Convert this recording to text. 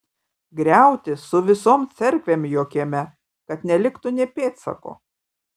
griauti su visom cerkvėm jo kieme kad neliktų nė pėdsako